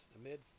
amid